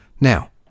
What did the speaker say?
Now